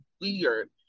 weird